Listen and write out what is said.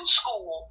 school